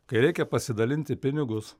kai reikia pasidalinti pinigus